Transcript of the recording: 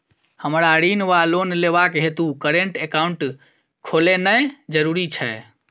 हमरा ऋण वा लोन लेबाक हेतु करेन्ट एकाउंट खोलेनैय जरूरी छै?